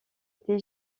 était